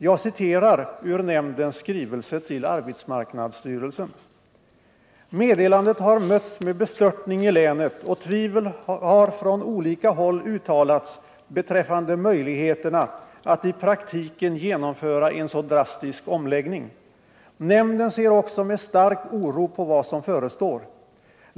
Jag citerar ur nämndens skrivelse till arbetsmarknadsstyrelsen: ”Meddelandet har mötts med bestörtning i länet och tvivel har från olika håll uttalats beträffande möjligheterna att i praktiken genomföra en så drastisk omläggning. Nämnden ser också med stark oro på vad som förestår.